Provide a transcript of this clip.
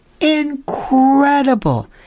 incredible